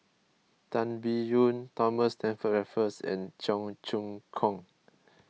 Tan Biyun Thomas Stamford Raffles and Cheong Choong Kong